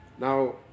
Now